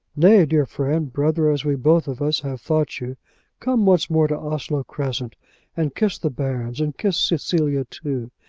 nay, dear friend brother, as we both of us have thought you come once more to onslow crescent and kiss the bairns, and kiss cecilia, too,